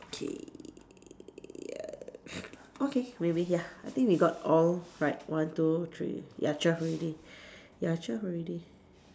okay ya okay we we ya I think we got all right one two three ya twelve already ya twelve already